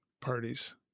parties